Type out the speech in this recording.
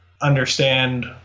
understand